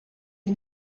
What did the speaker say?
sie